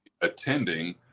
attending